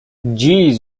jeez